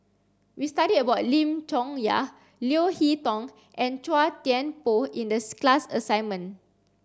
we studied about Lim Chong Yah Leo Hee Tong and Chua Thian Poh in the class assignment